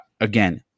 again